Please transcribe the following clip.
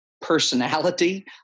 personality